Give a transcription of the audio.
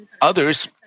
others